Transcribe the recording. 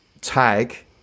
tag